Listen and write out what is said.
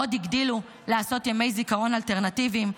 עוד הגדילו לעשות ימי זיכרון אלטרנטיביים,